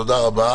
תודה.